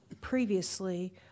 previously